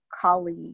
colleague